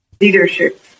leadership